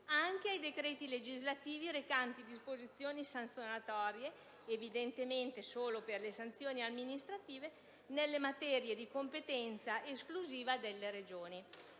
anche ai decreti legislativi recanti disposizioni sanzionatorie (evidentemente solo per le sanzioni amministrative) nelle materie di competenza esclusiva delle Regioni.